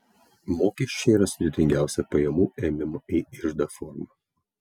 mokesčiai yra sudėtingiausia pajamų ėmimo į iždą forma